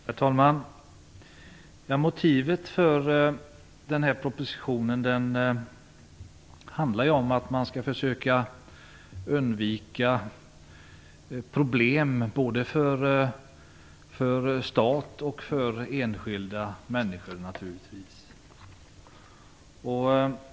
Herr talman! Motivet till propositionen är att man skall försöka undvika problem, både för staten och för enskilda människor.